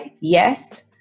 yes